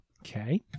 Okay